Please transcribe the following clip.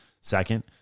second